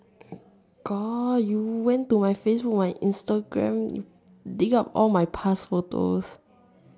god you went to my Facebook my Instagram dig out all my past photos